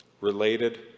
related